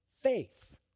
faith